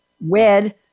wed